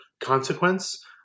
consequence